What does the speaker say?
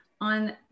on